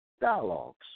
dialogues